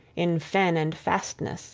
in fen and fastness